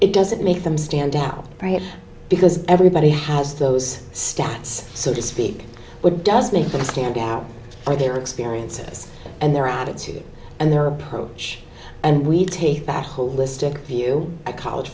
it doesn't make them standout because everybody has those stats so to speak but it does make them stand out for their experiences and their attitude and their approach and we take back holistic view college